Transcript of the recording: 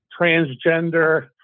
transgender